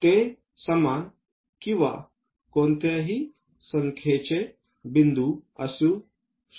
ते समान किंवा कोणत्याही संख्येचे बिंदू असू शकतात